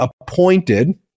appointed